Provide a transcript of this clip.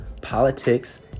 politics